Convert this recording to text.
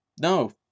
no